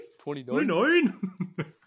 29